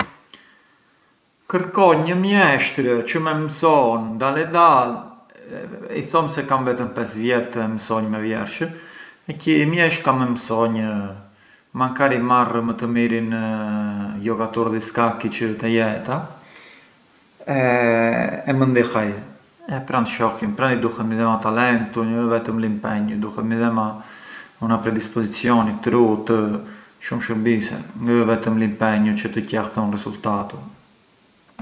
Kërkonj një mjeshtër çë më mëson dal e dal, i thom se kam vetëm pes vjet të e mësonj me vjersh e qi mjeshtër ka me mësonj, makari marr më të mirin jokatur di skaki çë ë te jeta e më ndih ai e pran shohjëm, pran i duhet midhema talentu, jo vetëm l’impegnu, i duhet midhema una predisposizioni, trutë, shumë shurbise, ngë ë vetëm l’impegnu çë të qell te un risultatu.